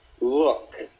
look